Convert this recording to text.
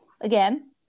again